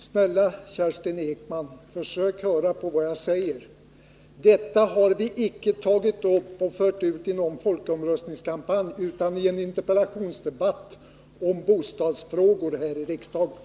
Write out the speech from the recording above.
Herr talman! Försök, snälla Kerstin Ekman, höra på vad jag säger! Detta har vi inte tagit upp i en folkomröstningskampanj utan i en interpellationsdebatt här i riksdagen om bostadsfrågor.